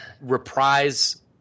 reprise